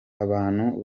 abantu